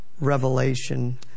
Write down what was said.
revelation